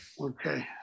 Okay